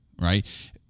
right